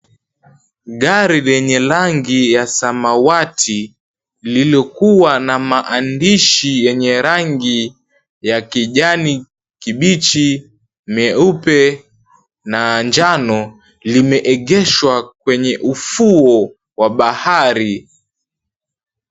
Gari lenye rangi ya samawati lililokuwa na mahandishi yenye rangi ya kijani kibichi meupe na njano limeegeshwa kwenye ufuo wa bahari.